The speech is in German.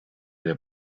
der